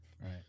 Right